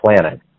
planet